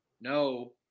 no